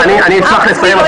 אף צבי לא יישאר שם,